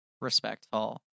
respectful